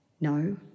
no